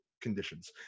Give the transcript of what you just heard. conditions